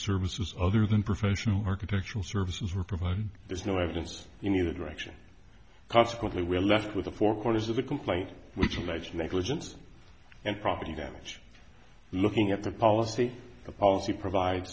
services other than professional architectural services were provided there's no evidence in either direction consequently we're left with the four corners of the complaint which alleges negligence and property damage looking at the policy the policy provide